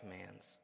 commands